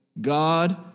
God